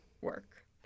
work